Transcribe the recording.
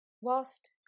whilst